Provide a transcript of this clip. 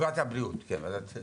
ועדת הבריאות כמובן.